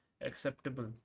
acceptable